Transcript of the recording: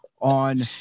on